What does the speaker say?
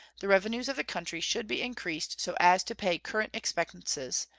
the revenues of the country should be increased so as to pay current expenses,